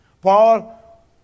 Paul